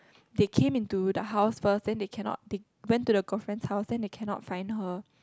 they came into the house first then they cannot they went to the girlfriend's house then they cannot find her